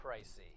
pricey